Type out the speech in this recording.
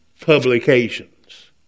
publications